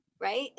right